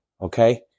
okay